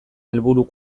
helburu